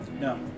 No